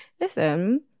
listen